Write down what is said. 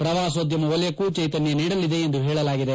ಪ್ರವಾಸೋದ್ಯಮ ವಲಯಕ್ಕೂ ಚ್ಚೆತನ್ಲ ನೀಡಲಿದೆ ಎಂದು ಹೇಳಲಾಗಿದೆ